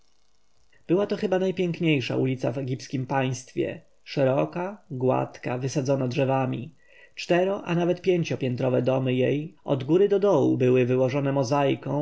była to chyba najpiękniejsza ulica w egipskiem państwie szeroka gładka wysadzona drzewami cztero a nawet pięciopiętrowe domy jej od góry do dołu były wyłożone mozaiką